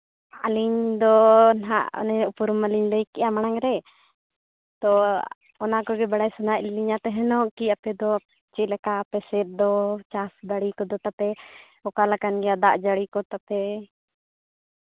ᱟᱹᱞᱤᱧ ᱫᱚ ᱦᱟᱸᱜ ᱚᱱᱮ ᱩᱯᱨᱩᱢ ᱢᱟᱹᱞᱤᱧ ᱞᱟᱹᱭ ᱠᱮᱫᱟ ᱢᱟᱲᱟᱝ ᱨᱮ ᱛᱳ ᱚᱱᱟ ᱠᱚᱜᱮ ᱵᱟᱲᱟᱭ ᱥᱟᱱᱟᱭᱮᱜ ᱞᱤᱧᱟ ᱛᱟᱦᱮᱱᱚᱜ ᱠᱤ ᱟᱯᱮ ᱫᱚ ᱪᱮᱫ ᱞᱮᱠᱟ ᱟᱯᱮ ᱥᱮᱫ ᱫᱚ ᱪᱟᱥ ᱫᱟᱲᱮ ᱠᱚᱫᱚ ᱛᱟᱯᱮ ᱚᱠᱟ ᱞᱮᱠᱟᱱ ᱜᱮᱭᱟ ᱫᱟᱜ ᱡᱟᱹᱲᱤ ᱠᱚ ᱛᱟᱯᱮ